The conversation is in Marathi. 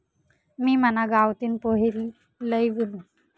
मी मना गावतीन पोहे लई वुनू